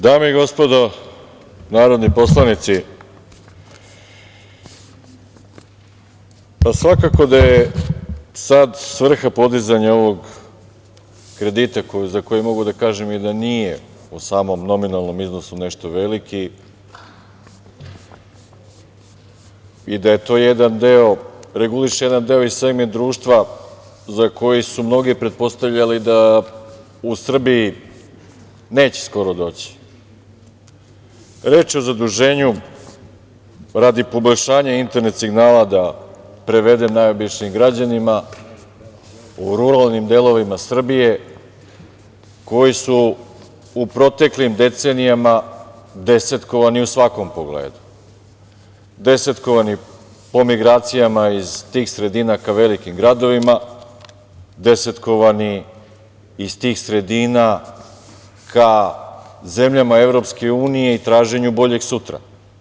Dame i gospodo narodni poslanici, svakako da je svrha podizanja ovog kredita, za koji mogu da kažem da nije po samom nominalnom iznosu nešto veliki i da reguliše jedan deo iz zemlje i društva za koji su mnogi pretpostavljali da u Srbiji neće skoro doći, reč je o zaduženju radi poboljšanju internet signala, da prevedem najobičnijim građanima, u ruralnim delovima Srbije koji su u proteklim decenijama desetkovani u svakom pogledu, desetkovani po migracijama iz tih sredina ka velikim gradovima, desetkovani iz tih sredina ka zemljama EU i traženju boljeg sutra.